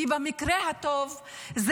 כי במקרה הטוב,